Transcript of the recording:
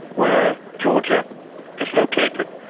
where georgia is located,